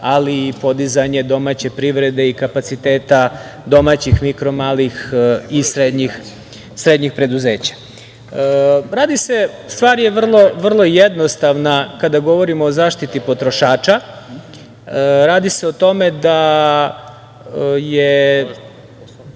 ali i podizanje domaće privrede i kapaciteta domaćih, mikro, malih i srednjih preduzeća. Stvar je vrlo jednostavna kada govorimo o zaštiti potrošača. Radi se o tome da je